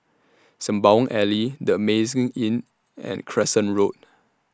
Sembawang Alley The Amazing Inn and Crescent Road